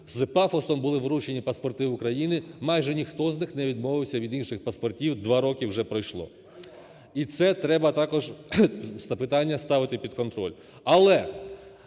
з пафосом були вручені паспорти України, майже ніхто з них не відмовився від інших паспортів, два роки вже пройшло. І це треба також запитання ставити під контроль.